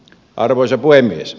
arvoisa puhemies